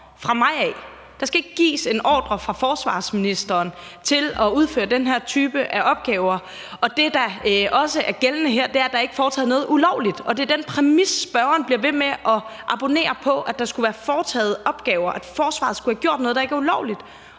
fra mig. Der skal ikke gives en ordre fra forsvarsministeren til at udføre den her type opgaver. Det, der også er gældende her, er, at der ikke er foretaget noget ulovligt. Og det er den præmis, spørgeren bliver ved med at abonnere på, nemlig at der skulle være varetaget opgaver, og at forsvaret skulle have gjort noget, der ikke er lovligt.